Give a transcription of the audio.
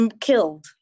killed